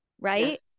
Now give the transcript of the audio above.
right